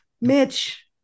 Mitch